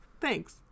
Thanks